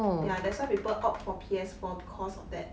ya that's why people opt for P_S four because of that